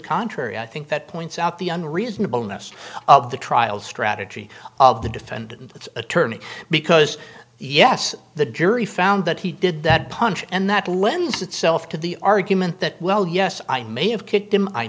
contrary i think that points out the unreasonable ness of the trial strategy of the defendant's attorney because yes the jury found that he did that punch and that lends itself to the argument that well yes i may have kicked him i